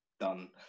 done